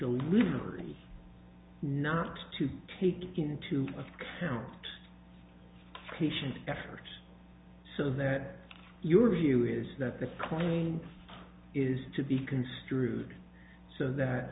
delivery not to take into account patient efforts so that your view is that the claim is to be construed so that